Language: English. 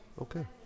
okay